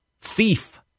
thief